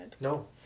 No